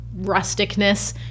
rusticness